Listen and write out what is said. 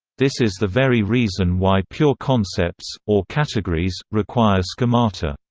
this is the very reason why pure concepts, or categories, require schemata.